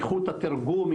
איכות התרגום,